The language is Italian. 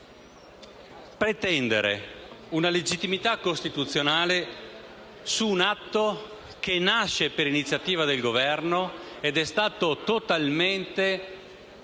pretendere una legittimità costituzionale su un atto che nasce per iniziativa del Governo ed è stato da questo